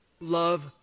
love